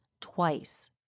twice